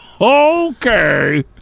okay